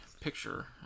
picture